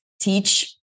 teach